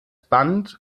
band